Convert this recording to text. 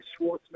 Schwartzman